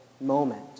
moment